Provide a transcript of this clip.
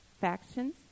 factions